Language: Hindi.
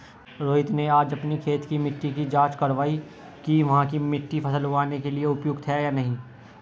रोहित ने आज अपनी खेत की मिट्टी की जाँच कारवाई कि वहाँ की मिट्टी फसल उगाने के लिए उपयुक्त है या नहीं